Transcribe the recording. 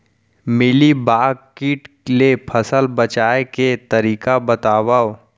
Mealybug किट ले फसल बचाए के तरीका बतावव?